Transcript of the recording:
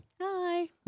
Hi